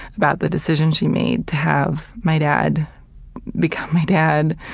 about the decision she made to have my dad become my dad,